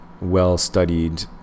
well-studied